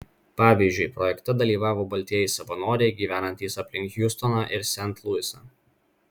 pavyzdžiui projekte dalyvavo baltieji savanoriai gyvenantys aplink hjustoną ir sent luisą